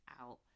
out